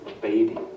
baby